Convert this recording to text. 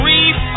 Reef